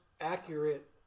accurate